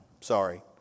Sorry